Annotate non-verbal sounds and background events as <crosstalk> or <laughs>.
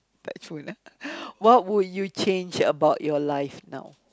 touch wood ah <laughs> what would you change about your life now